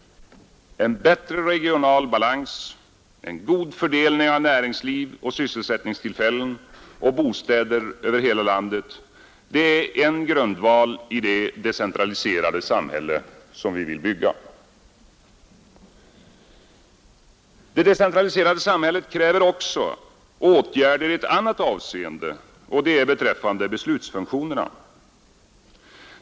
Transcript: En bättre regional balans, en god fördelning av näringsliv, sysselsättningstillfällen och bostäder över hela landet — det är en grundval i det decentraliserade samhälle som vi vill bygga. Det decentraliserade samhället kräver också åtgärder i ett annat avseende, nämligen beträffande beslutsfunktionerna.